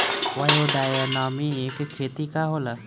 Biodynamic खेती का होला?